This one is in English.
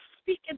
speak